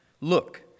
Look